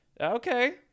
Okay